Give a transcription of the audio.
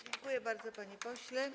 Dziękuję bardzo, panie pośle.